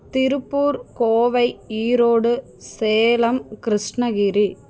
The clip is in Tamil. திருப்பூர் கோவை ஈரோடு சேலம் கிருஷ்ணகிரி